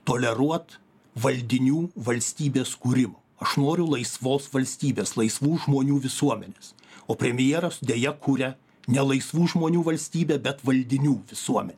toleruot valdinių valstybės kūrimo aš noriu laisvos valstybės laisvų žmonių visuomenės o premjeras deja kuria nelaisvų žmonių valstybę bet valdinių visuomenę